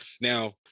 Now